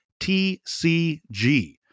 TCG